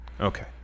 Okay